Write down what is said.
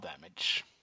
damage